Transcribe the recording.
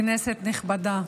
כנסת נכבדה,